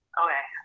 okay